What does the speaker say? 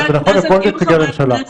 זה נכון לכל נציגי הממשלה.